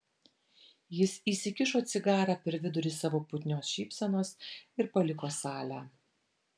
jis įsikišo cigarą per vidurį savo putnios šypsenos ir paliko salę